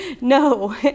no